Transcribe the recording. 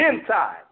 inside